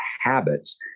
habits